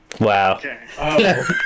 wow